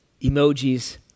emojis